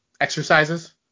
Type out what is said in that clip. exercises